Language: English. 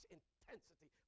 intensity